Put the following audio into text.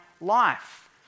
life